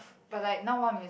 but like now one